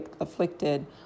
afflicted